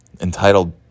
entitled